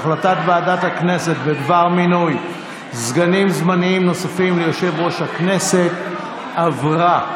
החלטת ועדת הכנסת בדבר מינוי סגנים זמניים נוספים ליושב-ראש הכנסת עברה.